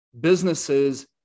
businesses